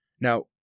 now